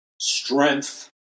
strength